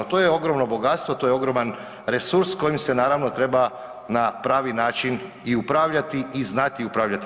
To je ogromno bogatstvo, to je ogroman resurs kojim se naravno treba na pravi način i upravljati i znati upravljati.